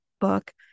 book